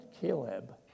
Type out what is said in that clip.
Caleb